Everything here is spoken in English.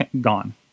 gone